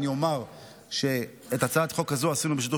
אני אומר שאת הצעת החוק הזו עשינו בשיתוף